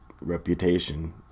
reputation